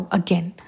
again